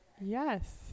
yes